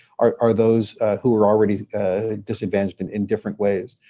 are are those who are already disadvantaged in in different ways.